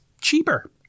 cheaper